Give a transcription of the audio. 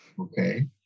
okay